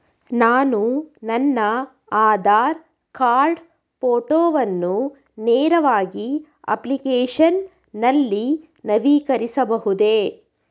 ನಾನು ನನ್ನ ಆಧಾರ್ ಕಾರ್ಡ್ ಫೋಟೋವನ್ನು ನೇರವಾಗಿ ಅಪ್ಲಿಕೇಶನ್ ನಲ್ಲಿ ನವೀಕರಿಸಬಹುದೇ?